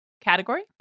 category